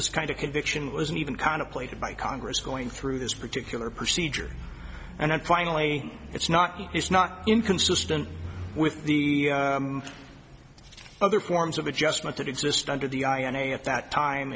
this kind of conviction wasn't even contemplated by congress going through this particular procedure and i've finally it's not he's not inconsistent with the other forms of adjustment that exist under the i a e a at that time